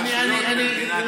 אני אענה.